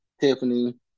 Tiffany